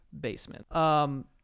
basement